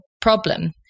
problem